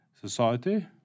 Society